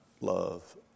Love